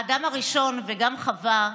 האדם הראשון, וגם חווה,